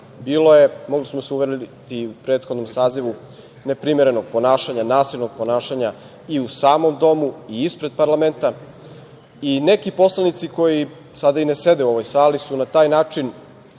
sazivu, mogli smo se uveriti, neprimerenog ponašanja, nasilnog ponašanja i u samom domu i ispred parlamenta i neki poslanici koji sada i ne sede u ovoj sali su na taj način,